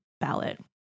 ballot